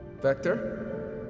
Vector